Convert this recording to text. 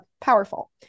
powerful